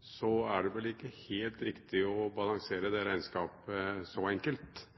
så enkelt,